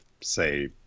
say